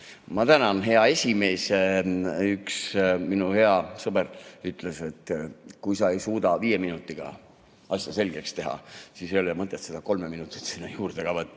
Ma tänan, hea esimees! Üks minu hea sõber ütles, et kui sa ei suuda viie minutiga asja selgeks teha, siis ei ole mõtet seda kolme minutit juurde ka võtta.